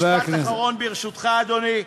משפט אחרון ברשותך, אדוני.